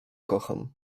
kocham